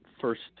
first